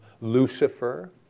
Lucifer